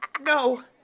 No